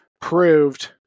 proved